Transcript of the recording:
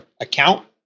account